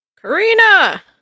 Karina